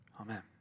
Amen